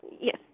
Yes